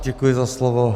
Děkuji za slovo.